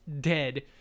dead